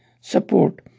support